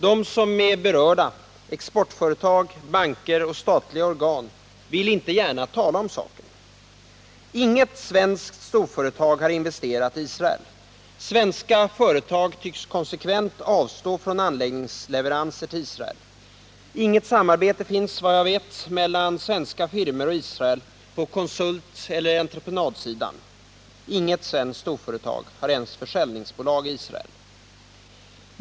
De som är berörda — exportföretag, banker och statliga organ — vill inte gärna tala om saken. Inget svenskt storföretag har investerat i Israel. Svenska företag tycks konsekvent avstå från anläggningsleveranser till Israel. Inget samarbete finns vad jag vet mellan svenska firmor och Israel på konsulteller entreprenadsidan. Inget svenskt storföretag har ens försäljningsbolag i Israel.